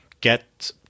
get